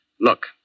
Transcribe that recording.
Look